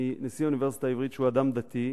מנשיא האוניברסיטה העברית, שהוא אדם דתי,